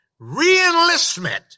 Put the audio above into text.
reenlistment